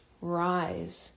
rise